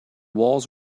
walls